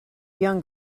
young